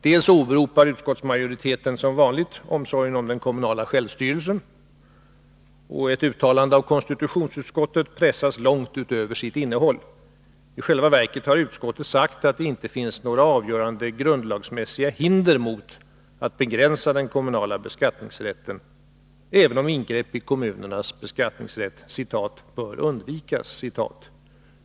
Som vanligt åberopar utskottsmajoriteten omsorgen om den kommunala självstyrelsen, och ett uttalande av konstitutionsutskottet pressas långt mer än vad innehållet tillåter. I själva verket har utskottet sagt att det inte finns några avgörande grundlagsmässiga hinder mot att begränsa den kommunala beskattningsrätten, även om ingrepp i kommunernas beskattningsrätt ”bör undvikas”.